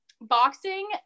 boxing